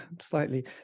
slightly